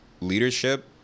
leadership